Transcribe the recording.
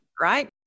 Right